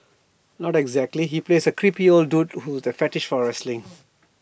not exactly he plays A creepy old dude with A fetish for wrestling